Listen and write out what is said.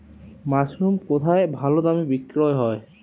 Mushroom কেথায় ভালোদামে বিক্রয় হয়?